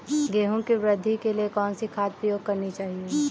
गेहूँ की वृद्धि के लिए कौनसी खाद प्रयोग करनी चाहिए?